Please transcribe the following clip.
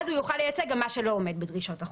אז הוא יוכל לייצא גם מה שלא עומד בדרישות החוק.